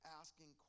asking